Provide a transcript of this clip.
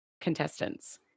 contestants